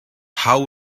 how